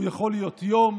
הוא יכול להיות יום,